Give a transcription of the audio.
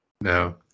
No